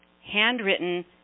handwritten